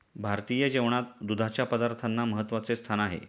भारतीय जेवणात दुधाच्या पदार्थांना महत्त्वाचे स्थान आहे